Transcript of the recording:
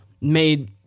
made